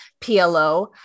PLO